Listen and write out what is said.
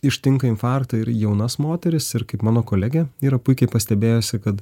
ištinka infarktai ir jaunas moteris ir kaip mano kolegė yra puikiai pastebėjusi kad